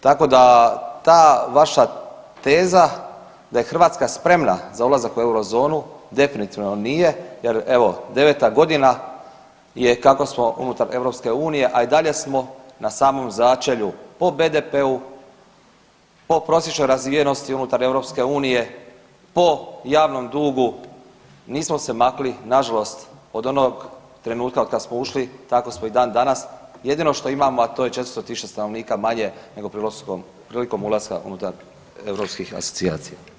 Tako da ta vaša teza da je Hrvatska spremna za ulazak u eurozonu, definitivno nije jer evo 9-ta godina je kako smo unutar EU, a i dalje smo na samom začelju po BDP-u po prosječnoj razvijenosti EU, po javnom dugu, nismo se makli, nažalost od onog trenutka od kad smo ušli, tako smo i dan danas, jedino što imamo, a to je 400 tisuća stanovnika manje nego prilikom ulaska unutar europskih asocijacija.